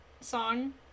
song